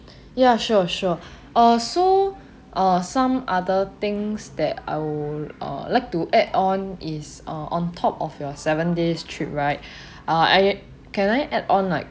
ya sure sure uh so uh some other things that I would uh like to add on is uh on top of your seven days trip right uh I can I add on like